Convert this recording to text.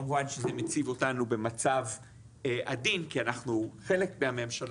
כמובן שזה מציב אותנו במצב עדין כי אנחנו חלק מהממשלה,